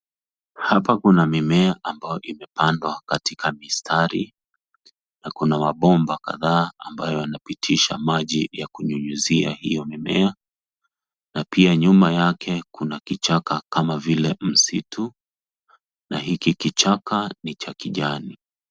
Hapa kuna mimea ambayo imepandwa katika mistari na kuna mabomba kadhaa ambayo yanapitisha maji ya kunyunyizia hiyo mimea, na pia nyuma yake kuna kichaka kama vile msitu na hiki kichaka ni cha kijani.